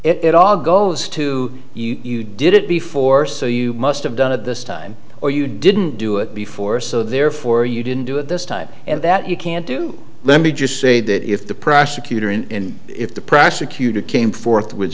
relevant it all goes to you did it before so you must have done it this time or you didn't do it before so therefore you didn't do it this type of that you can't do let me just say that if the prosecutor in if the prosecutor came forth w